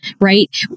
right